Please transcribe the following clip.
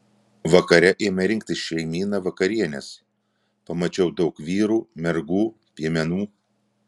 vakare ėmė rinktis šeimyna vakarienės pamačiau daug vyrų mergų piemenų